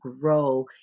grow